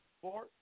four